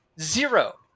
Zero